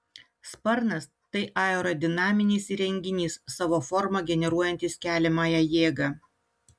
sparnas tai aerodinaminis įrenginys savo forma generuojantis keliamąją jėgą